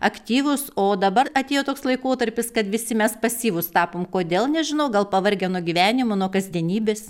aktyvūs o dabar atėjo toks laikotarpis kad visi mes pasyvūs tapom kodėl nežinau gal pavargę nuo gyvenimo nuo kasdienybės